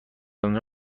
آنجا